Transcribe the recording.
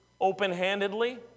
open-handedly